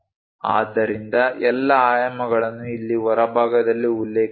ಆದ್ದರಿಂದ ಎಲ್ಲಾ ಆಯಾಮಗಳನ್ನು ಇಲ್ಲಿ ಹೊರಭಾಗದಲ್ಲಿ ಉಲ್ಲೇಖಿಸಲಾಗಿದೆ